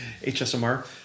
HSMR